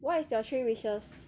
what is your three wishes